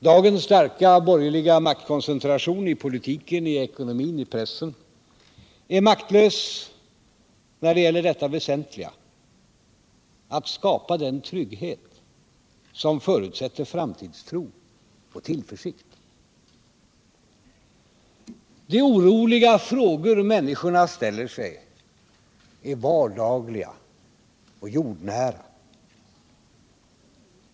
Dagens starka borgerliga maktkoncentration — i politiken, i ekonomin och i pressen — är maktlös när det gäller det väsentliga: att skapa den trygghet som förutsätter framtidstro och tillförsikt. De oroliga frågor människorna ställer sig är vardagliga och jordnära.